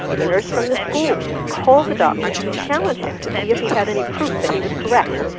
the nurse from the school called the doctor to challenge him, to see if he had any proof that he was correct.